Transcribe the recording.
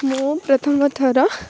ମୁଁ ପ୍ରଥମ ଥର